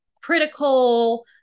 critical